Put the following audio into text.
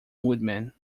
woodman